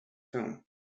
film